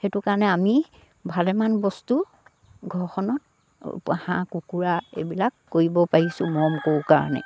সেইটো কাৰণে আমি ভালেমান বস্তু ঘৰখনত হাঁহ কুকুৰা এইবিলাক কৰিব পাৰিছোঁ মৰম কৰোঁ কাৰণে